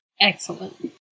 Excellent